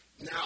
Now